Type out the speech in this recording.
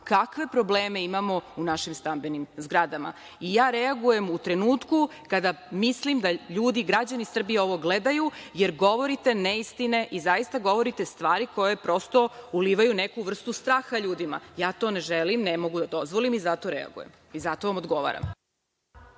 kakve probleme imamo u našim stambenim zgradama. Reagujem u trenutku kada mislim da ljudi, građani Srbije ovo gledaju, jer govorite neistine i zaista govorite stvari koje prosto ulivaju neku vrstu straha ljudima. Ja to ne želim, ne mogu da dozvolim i zato reagujem i zato vam odgovara.